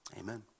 Amen